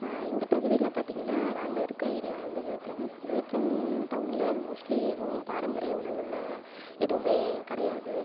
இந்த பகுதியில் பார்த்திங்கன்னா நாங்கள் இருக்கற ஏரியா வந்து விழுப்புரம் விழுப்புரம் டவுனில் மோஸ்ட்லி ஏதும் பாரம்பரிய உணவுன்னு ஏதுமே கிடையாது